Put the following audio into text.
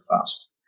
Fast